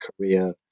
Korea